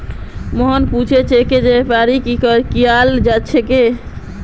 मोहिनी पूछले कि ब्याज दरेर अवधि संरचनार निर्माण कँहे कियाल जा छे